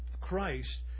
Christ